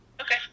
Okay